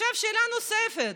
שאלה נוספת,